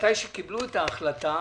כשקיבלו את ההחלטה,